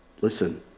Listen